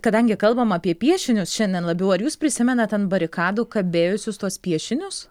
kadangi kalbam apie piešinius šiandien labiau ar jūs prisimenat ant barikadų kabėjusius tuos piešinius